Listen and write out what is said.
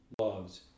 loves